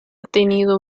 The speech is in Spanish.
tenido